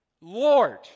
Lord